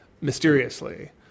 mysteriously